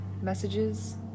messages